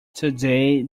today